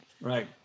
Right